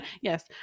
yes